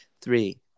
three